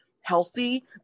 healthy